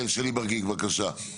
כן, שלי ברגיג, בבקשה.